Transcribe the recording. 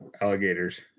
alligators